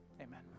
amen